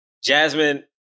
Jasmine